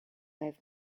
have